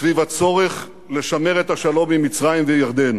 סביב הצורך לשמר את השלום עם מצרים וירדן.